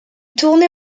tournée